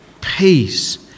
peace